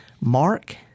Mark